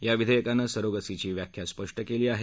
या विधेयकानं सरोगसीची व्याख्या स्पष्ट केली आहे